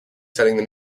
setting